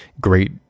great